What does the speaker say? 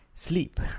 Sleep